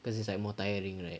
cause it's like more tiring right